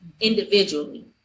individually